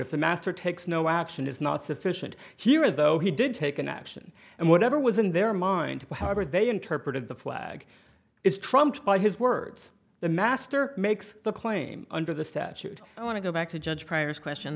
if the master takes no action is not sufficient here though he did take an action and whatever was in their mind however they interpreted the flag is trumped by his words the master makes the claim under the statute i want to go back to judge players question